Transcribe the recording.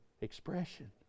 expression